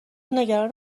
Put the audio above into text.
نگران